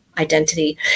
identity